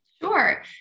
Sure